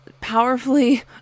powerfully